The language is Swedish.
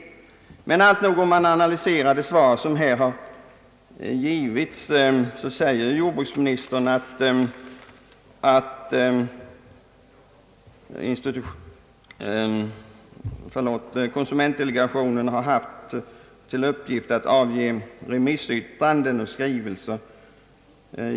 Om jag skulle analysera det svar, som här har lämnats, finner jag att jordbruksministern framhåller att konsumentdelegationen haft till uppgift att avge remissyttranden och skrivelser.